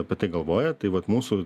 apie tai galvoja tai vat mūsų